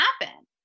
happen